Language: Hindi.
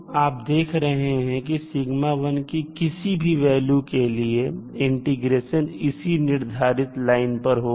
तो आप देख रहे हैं कि σ1 कि किसी भी वैल्यू के लिए इंटीग्रेशन इसी निर्धारित लाइन पर होगा